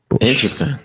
Interesting